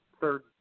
third